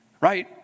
Right